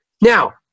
Now